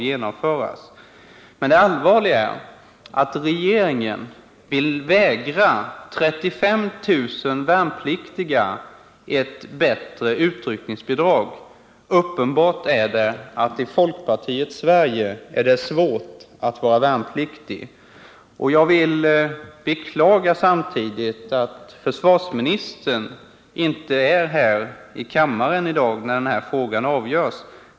Men det är allvarligt att regeringen vill förvägra 35 000 värnpliktiga ett bättre utryckningsbidrag. Det är uppenbart att det i folkpartiets Sverige är svårt att vara värnpliktig. Jag vill beklaga att försvarsministern inte är här i kammaren när denna fråga i dag avgörs.